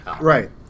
Right